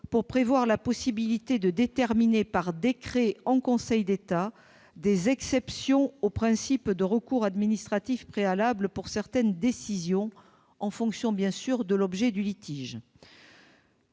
pour ouvrir la possibilité de déterminer par décret en Conseil d'État des exceptions au principe du recours administratif préalable obligatoire pour certaines décisions, en fonction bien sûr de l'objet du litige.